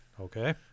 Okay